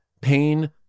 pain